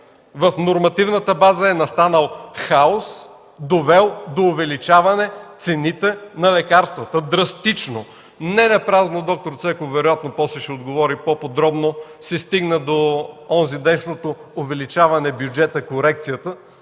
„В нормативната база е настанал хаос, довел до увеличаване цените на лекарствата драстично”! Ненапразно – д-р Цеков вероятно после ще отговори по-подробно, се стигна до онзиденшното увеличаване на бюджета, корекцията